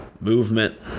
movement